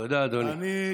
תודה, אדוני.